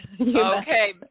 Okay